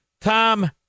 Tom